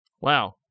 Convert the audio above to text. Wow